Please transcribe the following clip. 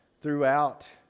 throughout